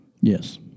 Yes